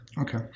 Okay